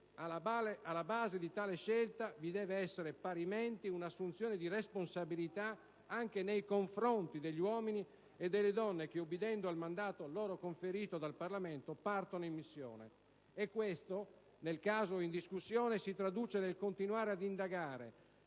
alla base di tale scelta vi deve essere parimenti un'assunzione di responsabilità anche nei confronti degli uomini e delle donne che ubbidendo al mandato loro conferito dal Parlamento partono in missione. E questo, nel caso in discussione, si traduce nel continuare ad indagare